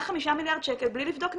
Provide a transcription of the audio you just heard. חמישה מיליארד שקל בלי לבדוק נתונים?